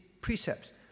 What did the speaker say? precepts